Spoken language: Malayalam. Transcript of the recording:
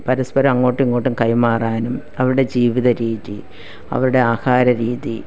പരസ്പരം അങ്ങോട്ടും ഇങ്ങോട്ടും കൈമാറാനും അവരുടെ ജീവിത രീതി അവരുടെ ആഹാര രീതി